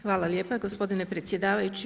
Hvala lijepa gospodine predsjedavajući.